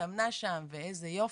התאמנה שם ואיזה יופי.